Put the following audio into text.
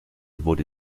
wurde